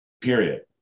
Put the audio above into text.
period